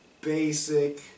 basic